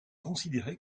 considéré